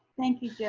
thank you, yeah